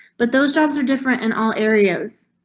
but those jobs are different in all areas.